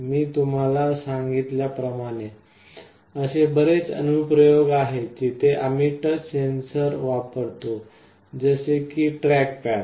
मी तुम्हाला सांगितल्या प्रमाणे असे बरेच अनुप्रयोग आहेत जिथे आम्ही टच सेन्सर वापरतो जसे की ट्रॅक पॅड